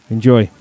Enjoy